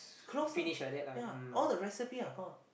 close lah ya all the recipe are gone